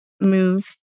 move